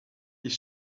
his